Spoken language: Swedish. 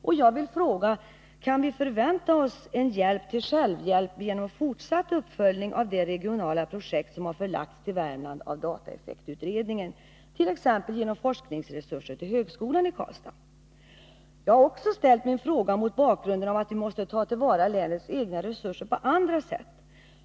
Jag vill fråga: Kan vi förvänta oss en hjälp till självhjälp genom fortsatt uppföljning av det regionala projekt som av dataeffektutredningen har förlagts till Värmland, t.ex. genom att forskningsresurser anslås till högskolan i Karlstad? Jag har ställt min fråga också mot bakgrund av att vi måste ta till vara länets egna resurser på andra sätt.